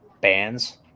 bands